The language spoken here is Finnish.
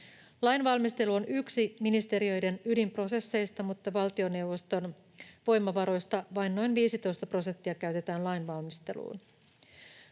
Lainvalmistelu on yksi ministeriöiden ydinprosesseista, mutta valtioneuvoston voimavaroista vain noin 15 prosenttia käytetään lainvalmisteluun.